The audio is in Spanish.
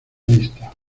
lista